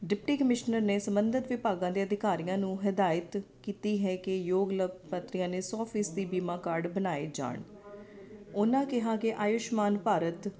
deputy commissioner ਨੇ ਸੰਬੰਧਿਤ ਵਿਭਾਗਾਂ ਦੇ ਅਧਿਕਾਰੀਆਂ ਨੂੰ ਹਦਾਇਤ ਕੀਤੀ ਹੈ ਕਿ ਯੋਗ ਲਭ ਪਾਤਰੀਆਂ ਦੇ ਸੌ ਫੀਸਦੀ ਬੀਮਾ ਕਾਰਡ ਬਨਾਏ ਜਾਣ ਉਹਨਾਂ ਕਿਹਾ ਕਿ ਆਯੁਸ਼ਮਾਨ ਭਾਰਤ